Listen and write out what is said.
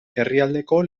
herrialdeko